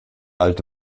alte